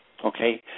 Okay